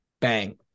Bang